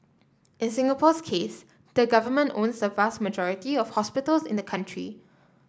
in Singapore's case the Government owns the vast majority of hospitals in the country